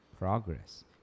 Progress